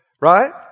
Right